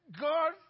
God